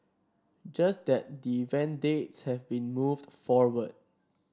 just that the event dates have been moved forward